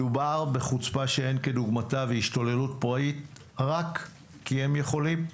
מדובר בחוצפה שאין כדוגמתה והשתוללות פראית רק כי הם יכולים.